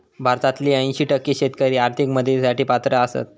भारतातील ऐंशी टक्के शेतकरी आर्थिक मदतीसाठी पात्र आसत